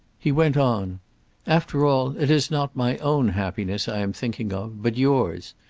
he went on after all, it is not my own happiness i am thinking of but yours.